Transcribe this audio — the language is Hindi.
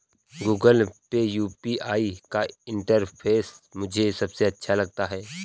गूगल पे यू.पी.आई का इंटरफेस मुझे सबसे अच्छा लगता है